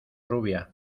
rubia